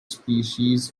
species